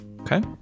Okay